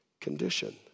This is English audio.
condition